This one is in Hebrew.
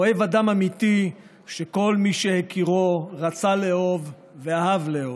אוהב אדם אמיתי שכל מי שהכירו רצה לאהוב ואהב לאהוב.